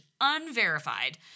unverified